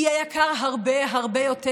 יהיה יקר הרבה הרבה יותר,